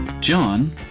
John